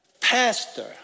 pastor